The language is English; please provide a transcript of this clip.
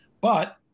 but-